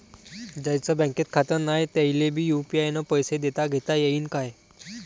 ज्याईचं बँकेत खातं नाय त्याईले बी यू.पी.आय न पैसे देताघेता येईन काय?